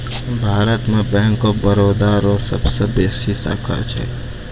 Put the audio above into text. भारत मे bank of Baroda रो सबसे बेसी शाखा छै